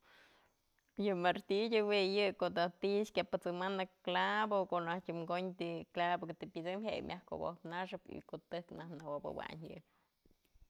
Yë martillo jue yë ko'o naj ti'i kyapësëmanë clavo, ko'o najtyë kondyë clavo të pyësëm je'e myaj kuwop naxëp y ko'o tëjk najk nëwobëwayn yë.